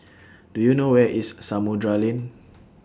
Do YOU know Where IS Samudera Lane